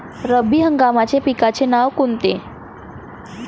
रब्बी हंगामाच्या पिकाचे नावं कोनचे?